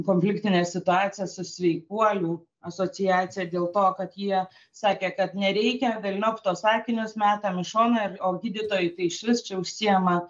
konfliktinę situaciją su sveikuolių asociacija dėl to kad jie sakė kad nereikia velniop tuos akinius metam į šoną ir o gydytojai tai išvis čia užsiima